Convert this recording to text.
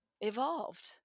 evolved